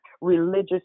religious